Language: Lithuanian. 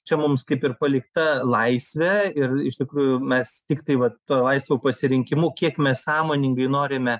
čia mums kaip ir palikta laisvė ir iš tikrųjų mes tiktai va tuo laisvu pasirinkimu kiek mes sąmoningai norime